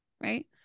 right